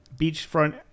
beachfront